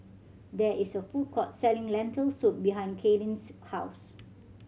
there is a food court selling Lentil Soup behind Kalen's house